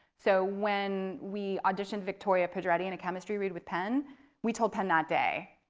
so when we auditioned victoria pedretti in a chemistry read with penn we told penn that day,